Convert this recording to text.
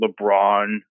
LeBron